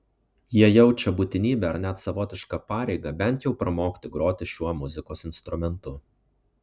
jie jaučia būtinybę ar net savotišką pareigą bent jau pramokti groti šiuo muzikos instrumentu